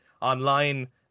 online